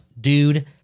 dude